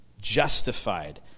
justified